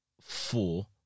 four